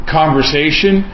conversation